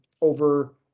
over